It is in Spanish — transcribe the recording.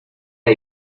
hay